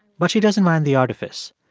but she doesn't mind the artifice.